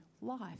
life